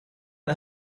and